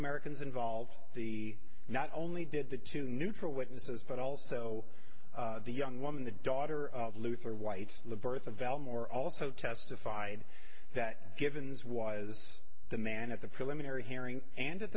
americans involved the not only did the two neutral witnesses but also the young woman the daughter of luther white live birth of elmore also testified that givens was the man at the preliminary hearing and at